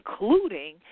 including